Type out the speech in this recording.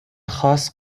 خاص